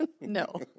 No